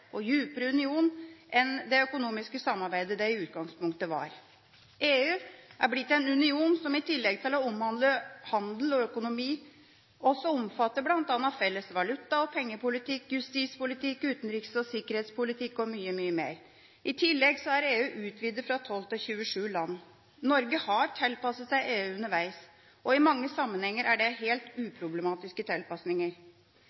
og dypere union enn det økonomiske samarbeidet den i utgangspunktet var. EU er blitt en union som i tillegg til å omhandle handel og økonomi, også omfatter bl.a. felles valuta og pengepolitikk, justispolitikk, utenriks- og sikkerhetspolitikk og mye mer. I tillegg er EU utvidet fra 12 til 27 land. Norge har tilpasset seg EU underveis, og i mange sammenhenger er det helt